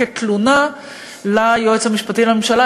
כתלונה ליועץ המשפטי לממשלה,